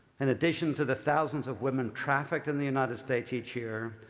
and addition to the thousands of women trafficked in the united states each year,